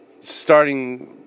starting